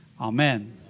Amen